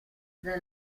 the